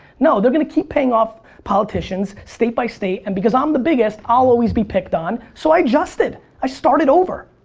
no, they're gonna keep paying off the politicians state by state and because i'm the biggest i'll always be picked on so i adjusted. i started over.